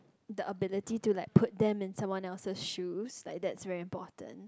the ability to like put them into someone else's shoes like that's very important